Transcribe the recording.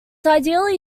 ideally